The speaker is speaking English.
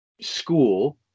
school